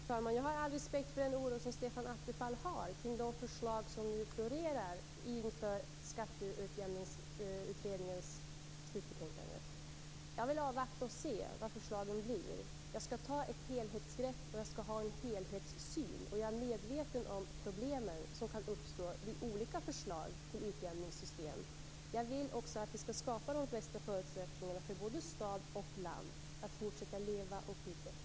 Fru talman! Jag har all respekt för Stefan Attefalls oro kring de förslag som nu florerar inför skatteutjämningsutredningens slutbetänkande. Jag vill avvakta och se vilka förslagen blir. Jag skall ta ett helhetsgrepp, och jag skall ha en helhetssyn. Jag är medveten om de problem som kan uppstå med olika förslag till utjämningssystem. Jag vill också att vi skall skapa de bästa förutsättningarna för både stad och land att fortsätta leva och utvecklas.